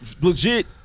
legit